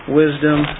wisdom